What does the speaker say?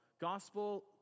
Gospel